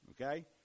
Okay